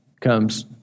comes